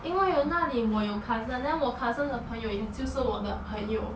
因为有那里我有 cousin then 我 cousin 的朋友也就是我的朋友